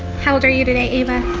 how old are you today, ava?